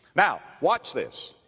now, watch this,